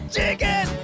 Chicken